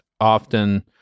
often